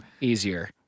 Easier